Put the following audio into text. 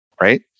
Right